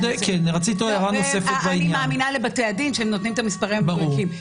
אני מאמינה לבתי הדין שהם נותנים את המספרים המדויקים.